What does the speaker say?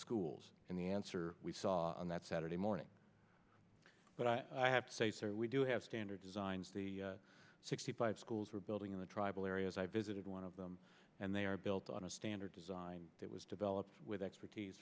schools and the answer we saw on that saturday morning but i have to say sir we do have standard designs the sixty five schools we're building in the tribal areas i visited one of them and they are built on a standard design that was developed with expertise